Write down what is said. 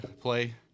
play